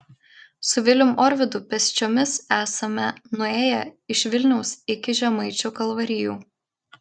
su vilium orvidu pėsčiomis esame nuėję iš vilniaus iki žemaičių kalvarijų